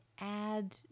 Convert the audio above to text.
add